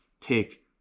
take